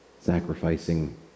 sacrificing